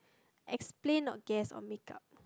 explain or guess or make up